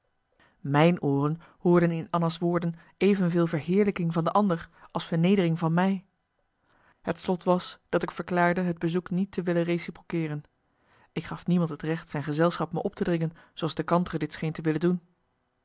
mijn ooren hoorden in anna's woorden evenveel verheerlijking van de ander als vernedering van mij het slot was dat ik verklaarde het bezoek niet te willen reciproceeren ik gaf niemand het recht zijn gezelschap me op te dringen zooals de kantere dit scheen te willen doen